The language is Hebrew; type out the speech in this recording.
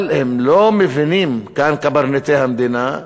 אבל הם לא מבינים כאן, קברניטי המדינה,